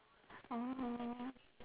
orh